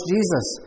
Jesus